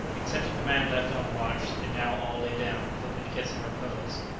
excepting the man left on watch, they now all lay down, hoping to get some repose.